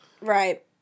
Right